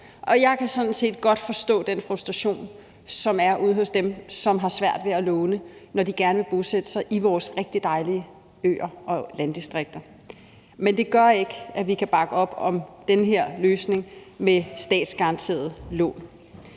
set godt forstå den frustration, som er ude hos dem, som har svært ved at låne, når de gerne vil bosætte sig på vores rigtig dejlige øer og i vores landdistrikter. Men det gør ikke, at vi kan bakke op om den her løsning med statsgaranterede lån.